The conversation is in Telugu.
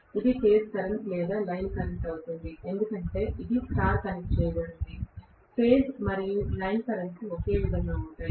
ఇది ఫేజ్ కరెంట్ లేదా లైన్ కరెంట్ అవుతుంది ఎందుకంటే ఇది స్టార్ కనెక్ట్ చేయబడింది ఫేజ్ మరియు లైన్ కరెంట్స్ ఒకే విధంగా ఉంటాయి